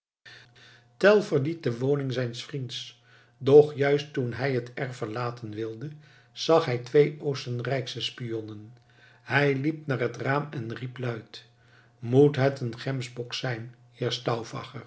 verliet de woning zijns vriends doch juist toen hij het erf verlaten wilde zag hij twee oostenrijksche spionnen hij liep naar het raam en riep luid moet het een gemsbok zijn